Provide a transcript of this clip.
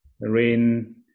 rain